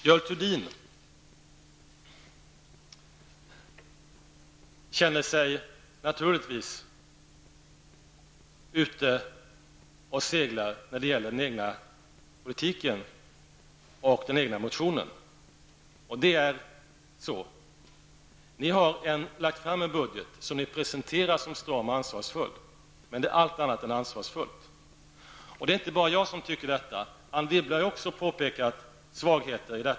Görel Thurdin kände naturligtvis att hon var ute och seglade när det gällde den egna politiken och den egna motionen. Ni har lagt fram en budget som ni presenterar som stram och ansvarsfull, men den är allt annat än ansvarsfull. Det är inte bara jag som tycker detta. Anne Wibble har också påpekat svagheter.